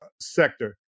sector